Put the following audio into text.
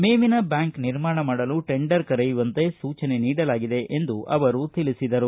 ಮೇವಿನ ಬ್ಯಾಂಕ್ ನಿರ್ಮಾಣ ಮಾಡಲು ಟೆಂಡರ್ ಕರೆಯುವಂತೆ ಸೂಚನೆ ನೀಡಲಾಗಿದೆ ಎಂದು ತಿಳಿಸಿದರು